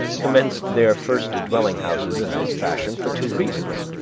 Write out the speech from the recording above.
commenced their first dwelling-houses in this fashion for two reasons